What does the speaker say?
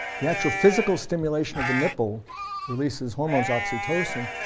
the actual physical stimulation of the nipple releases hormones, oxytocin,